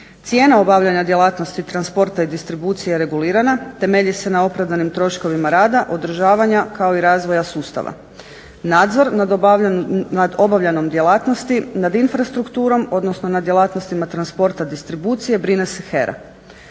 Cijene obavljanja djelatnosti transporta i distribucije je regulirana, temelji se na opravdanim troškovima rada, održavanja kao i razvoja sustava. Nadzor nad obavljanjem, nad obavljanom djelatnosti, nad infrastrukturom, odnosno na djelatnostima transporta, distribucije brine se HERA.